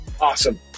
Awesome